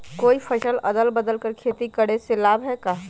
कोई फसल अदल बदल कर के खेती करे से लाभ है का?